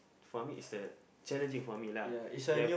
for me is a challenging for me lah you have